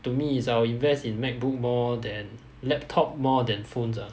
to me is I will invest in Macbook more than laptop more than phones ah